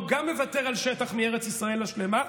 הוא גם מוותר על שטח מארץ ישראל השלמה,